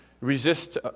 resist